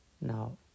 Now